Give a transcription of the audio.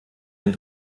den